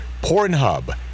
Pornhub